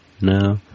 No